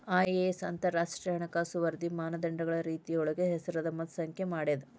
IAS ಅಂತರಾಷ್ಟ್ರೇಯ ಹಣಕಾಸು ವರದಿ ಮಾನದಂಡಗಳ ರೇತಿಯೊಳಗ ಹೆಸರದ ಮತ್ತ ಸಂಖ್ಯೆ ಮಾಡೇದ